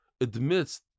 admits